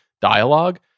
dialogue